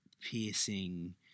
Piercing